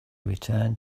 returned